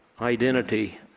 identity